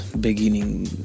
beginning